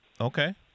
Okay